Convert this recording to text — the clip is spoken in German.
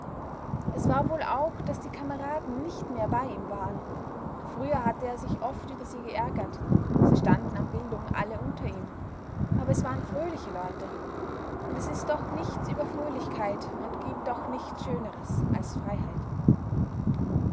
es war wohl auch daß die kameraden nicht mehr bei ihm waren früher hatte er sich oft über sie geärgert sie standen an bildung alle unter ihm aber es waren fröhliche leute und es ist doch nichts über fröhlichkeit und gibt doch nichts schöneres als freiheit